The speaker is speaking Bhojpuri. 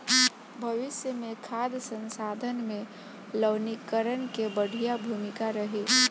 भविष्य मे खाद्य संसाधन में लवणीकरण के बढ़िया भूमिका रही